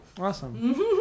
awesome